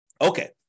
Okay